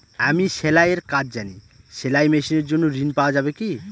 আমি সেলাই এর কাজ জানি সেলাই মেশিনের জন্য ঋণ পাওয়া যাবে কি?